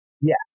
Yes